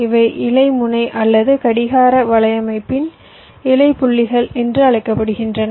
இவை இலை முனை அல்லது கடிகார வலையமைப்பின் இலை புள்ளிகள் என்று அழைக்கப்படுகின்றன